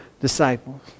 disciples